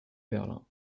berlin